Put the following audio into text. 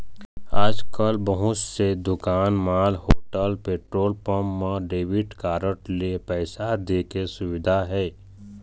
आजकाल बहुत से दुकान, मॉल, होटल, पेट्रोल पंप मन म डेबिट कारड ले पइसा दे के सुबिधा हे